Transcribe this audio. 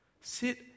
sit